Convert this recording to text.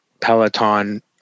Peloton